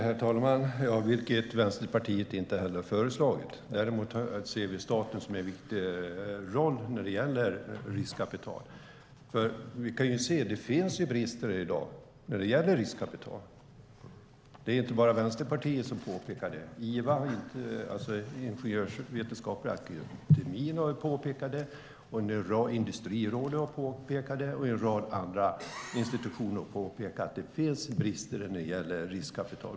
Herr talman! Det Mats Odell nämnde har Vänsterpartiet inte heller föreslagit. Däremot ser vi att staten har en viktig roll när det gäller riskkapital. Det finns brister i dag när det gäller riskkapital. Det är inte bara Vänsterpartiet som påpekar det. Ingenjörsvetenskapsakademien, IVA, har påpekat det. Industrirådet har påpekat det. En rad andra institutioner har också påpekat att det finns brister när det gäller riskkapital.